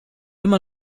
immer